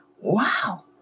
Wow